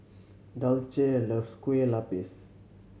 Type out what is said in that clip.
Dulce loves Kueh Lapis